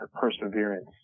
perseverance